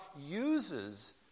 uses